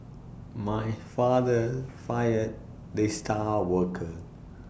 my father fired the star worker